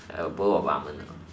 a bowl of ramen